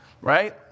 right